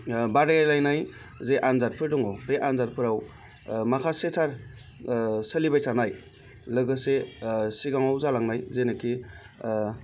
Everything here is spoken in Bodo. बादायलायनाय जे आन्जादफोर दङ बे आन्जादफोराव माखासेथार सोलिबाय थानाय लोगोसे सिगाङाव जालांनाय जेनाखि